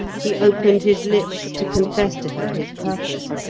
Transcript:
he opened his lips to confess to her his purpose,